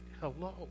Hello